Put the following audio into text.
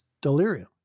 delirium